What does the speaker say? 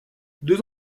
deux